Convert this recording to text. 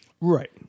Right